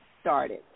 started